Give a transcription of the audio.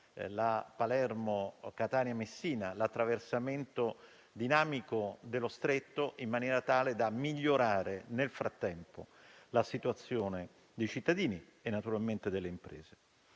la Palermo-Catania-Messina e l'attraversamento dinamico dello Stretto, in maniera tale da migliorare, nel frattempo, la situazione dei cittadini e, naturalmente, delle imprese.